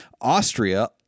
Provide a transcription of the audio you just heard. Austria